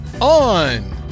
on